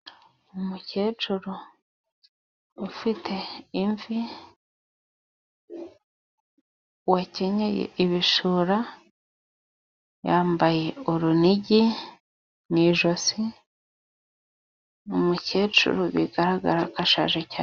Umukecuru ufite imvi, wakenyeye ibishura, yambaye urunigi mu ijosi, umukecuru bigaragara ko ashaje cyane.